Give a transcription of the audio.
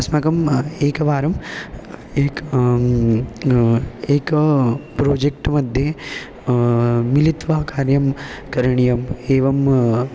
अस्माकम् एकवारम् एकं एकं प्रोजेक्ट् मध्ये मिलित्वा कार्यं करणीयम् एवम्